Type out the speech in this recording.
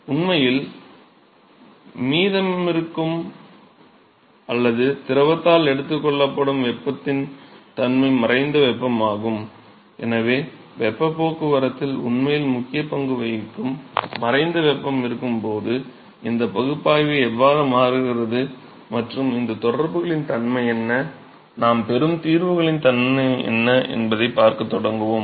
உண்மையில் மீதமிருக்கும் அல்லது திரவத்தால் எடுத்துக்கொள்ளப்படும் வெப்பத்தின் தன்மை மறைந்த வெப்பமாகும் எனவே வெப்பப் போக்குவரத்தில் உண்மையில் முக்கிய பங்கு வகிக்கும் மறைந்த வெப்பம் இருக்கும்போது இந்த பகுப்பாய்வு எவ்வாறு மாறுகிறது மற்றும் இந்த தொடர்புகளின் தன்மை என்ன நாம் பெறும் தீர்வுகளின் தன்மை என்ன என்பதைப் பார்க்கத் தொடங்குவோம்